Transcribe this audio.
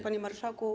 Panie Marszałku!